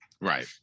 right